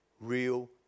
real